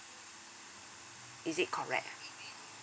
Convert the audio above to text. is it correct ah